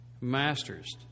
Masters